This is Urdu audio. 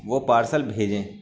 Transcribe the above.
وہ پارسل بھیجیں